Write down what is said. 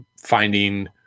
finding